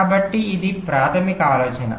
కాబట్టి ఇది ప్రాథమిక ఆలోచన